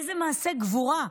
איזה מעשה גבורה.